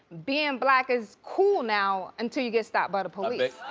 being black is cool now until you get stopped by